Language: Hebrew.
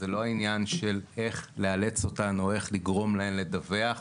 זה לא עניין של איך לאלץ אותן או איך לגרום להן לדווח המשטרה,